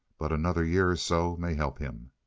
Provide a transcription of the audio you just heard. but another year or so may help him.